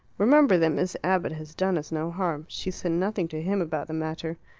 remember that miss abbott has done us no harm. she said nothing to him about the matter.